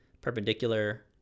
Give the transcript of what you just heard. perpendicular